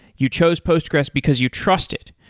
you chose postgres because you trust it.